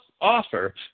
offer